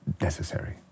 necessary